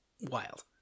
Wild